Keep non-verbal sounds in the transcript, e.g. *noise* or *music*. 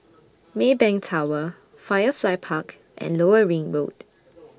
*noise* Maybank Tower Firefly Park and Lower Ring Road